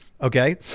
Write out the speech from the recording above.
okay